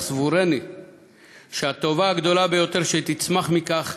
אך סבורני שהטובה הגדולה ביותר שתצמח מכך